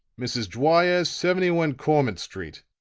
mrs. dwyer, seventy one cormant street,